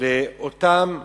לאותם